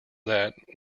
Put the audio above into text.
that